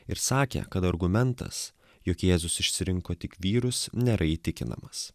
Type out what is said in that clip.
ir sakė kad argumentas jog jėzus išsirinko tik vyrus nėra įtikinamas